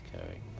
carrying